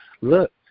look